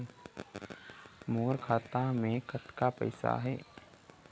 मोर खाता मे कतक पैसा हे?